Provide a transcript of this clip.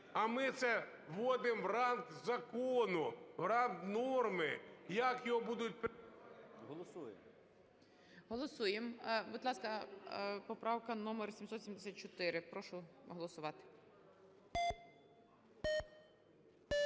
А ми це вводимо в ранг закону, в ранг норми, як його будуть… ГОЛОВУЮЧИЙ. Голосуємо. Будь ласка, поправка номер 774. Прошу голосувати.